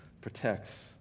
protects